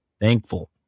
thankful